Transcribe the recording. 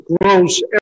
grows